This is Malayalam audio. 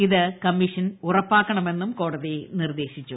ഇത് കമ്മീഷൻ ഉറപ്പാക്കണമെന്നും കോടതി നിർദ്ദേശിച്ചു